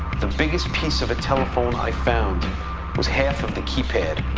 the biggest piece of a telephone i found was half of the keypad,